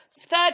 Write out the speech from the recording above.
Third